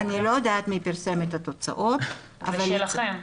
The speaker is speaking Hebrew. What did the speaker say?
אני לא יודעת מי פרסם את התוצאות --- זה שלכם.